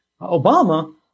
Obama